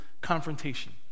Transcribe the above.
confrontation